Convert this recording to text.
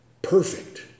perfect